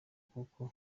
kuko